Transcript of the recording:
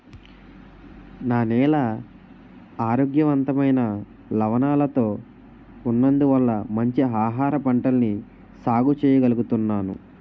నా నేల ఆరోగ్యవంతమైన లవణాలతో ఉన్నందువల్ల మంచి ఆహారపంటల్ని సాగు చెయ్యగలుగుతున్నాను